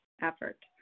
effort